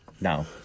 No